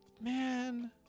Man